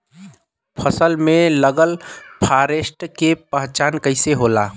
फसल में लगल फारेस्ट के पहचान कइसे होला?